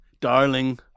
darling